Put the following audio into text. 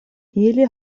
ili